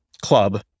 club